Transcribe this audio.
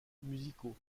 musicaux